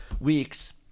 weeks